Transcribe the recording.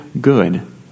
good